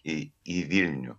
į į vilnių